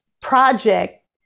project